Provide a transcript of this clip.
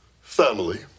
family